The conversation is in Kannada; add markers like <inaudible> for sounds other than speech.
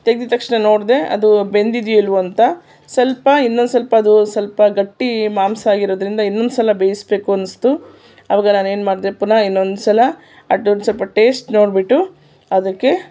ತೆಗ್ದಿದ್ದ ತಕ್ಷಣ ನೋಡಿದೆ ಅದು ಬೆಂದಿದೆಯೋ ಇಲ್ವೊ ಅಂತ ಸ್ವಲ್ಪ ಇನ್ನೊಂದು ಸ್ವಲ್ಪ ಅದು ಸ್ವಲ್ಪ ಗಟ್ಟಿ ಮಾಂಸ ಆಗಿರೋದರಿಂದ ಇನ್ನೊಂದು ಸಲ ಬೇಯಿಸಬೇಕು ಅನ್ನಿಸಿತು ಅವಾಗ ನಾನು ಏನು ಮಾಡಿದೆ ಪುನಃ ಇನ್ನೊಂದು ಸಲ <unintelligible> ಸ್ವಲ್ಪ ಟೇಸ್ಟ್ ನೋಡಿಬಿಟ್ಟು ಅದಕ್ಕೆ